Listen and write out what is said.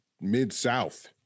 Mid-South